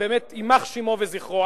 באמת יימח שמו וזכרו,